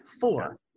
Four